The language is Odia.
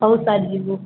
ହେଉ ସାର୍ ଯିବୁ